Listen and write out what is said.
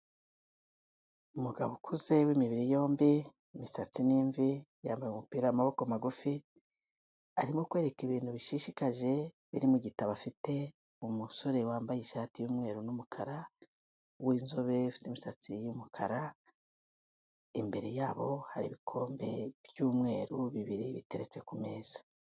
Umugabo ukuze w'imibiri yombi, imisatsi ni imvi, yambaye umupira w'amaboko magufi, arimo kwereka ibintu bishishikaje, biri mu gitabo afite, umusore wambaye ishati y'umweru n'umukara, w'inzobe ifite imisatsi y'umukara, imbere yabo hari ibikombe by'umweru bibiri biteretse ku meza.